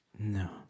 No